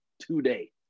today